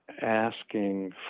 asking